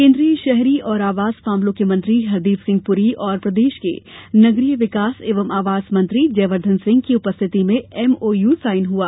केन्द्रीय शहरी और आवास मामलों के मंत्री हरदीप सिंह पुरी और प्रदेश के नगरीय विकास एवं आवास मंत्री जयवर्द्वन सिंह की उपस्थिति में एमओयू हुआ